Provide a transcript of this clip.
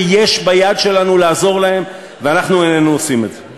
ויש בידנו לעזור להם ואנחנו איננו עושים את זה.